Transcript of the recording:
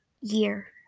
year